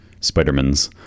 Spidermans